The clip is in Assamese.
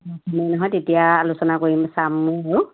নহয় তেতিয়া আলোচনা কৰিম চাম